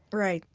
right,